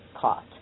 caught